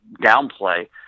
downplay